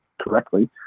correctly